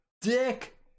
dick